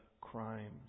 crimes